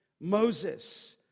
Moses